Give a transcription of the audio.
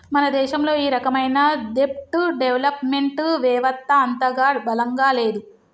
మన దేశంలో ఈ రకమైన దెబ్ట్ డెవలప్ మెంట్ వెవత్త అంతగా బలంగా లేదు